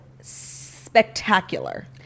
Spectacular